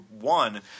one